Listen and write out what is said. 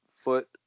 foot